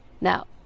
Now